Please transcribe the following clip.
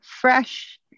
fresh